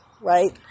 right